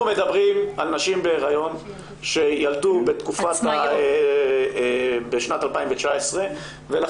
אנחנו מדברים על נשים בהיריון שילדו בשנת 2019 ולכן